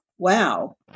wow